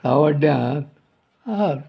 सावड्ड्या हा आहात